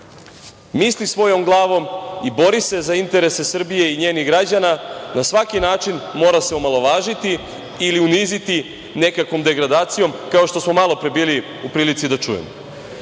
misli svojom glavom i bori se za interese Srbije i njenih građana na svaki način mora se omalovažiti ili uniziti nekakvom degradacijom, kao što smo malo pre bili u prilici da čujemo. Ono